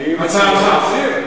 מציעה הממשלה?